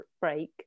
Break